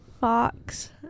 Fox